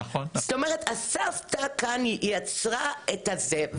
זאת אומרת, הסבתא כאן היא יצרה את הזה.